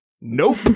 Nope